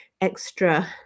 extra